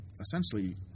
essentially